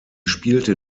spielte